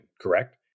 correct